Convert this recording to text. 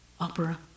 opera